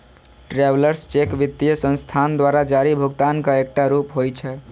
travellers cheque वित्तीय संस्थान द्वारा जारी भुगतानक एकटा रूप होइ छै